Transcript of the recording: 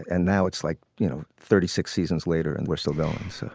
and now it's like, you know, thirty six seasons later and we're civilians